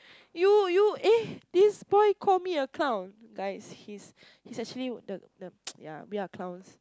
you you eh this boy call me a clown guys his his actually the the yeah we are clowns